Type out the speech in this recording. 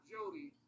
Jody